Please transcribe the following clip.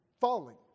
falling